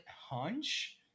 hunch